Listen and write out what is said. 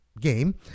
game